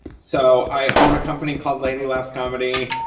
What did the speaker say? so i own a company called ladylabs comedy.